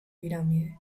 pirámide